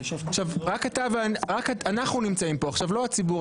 רק אנחנו נמצאים פה עכשיו, לא הציבור.